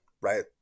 right